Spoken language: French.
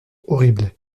horrible